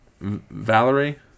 Valerie